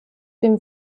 dem